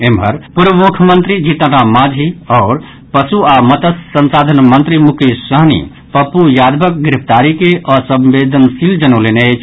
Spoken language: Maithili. एम्हर पूर्व मुख्यमंत्री जीतन राम मांझी आओर पशु आ मत्स्य संसाधन मंत्री मुकेश सहनी पप्पू यादवक गिरफ्तारी के असंवेदनशील जनौलनि अछि